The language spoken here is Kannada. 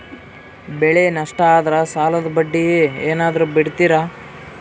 ಬೆಳೆ ನಷ್ಟ ಆದ್ರ ಸಾಲದ ಬಡ್ಡಿ ಏನಾದ್ರು ಬಿಡ್ತಿರಾ?